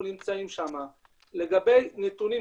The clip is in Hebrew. לגבי נתונים,